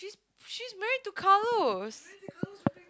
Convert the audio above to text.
she's married to Carlos